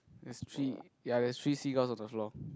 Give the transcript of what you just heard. that's three yea that's three seagulls on the floor